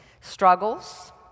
struggles